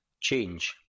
Change